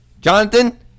Jonathan